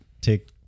take